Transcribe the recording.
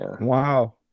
wow